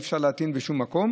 אי-אפשר להטעין בשום מקום.